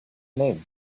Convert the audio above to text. name